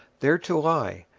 there to lie,